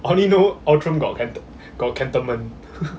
I only know outram got canton got cantonment